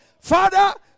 Father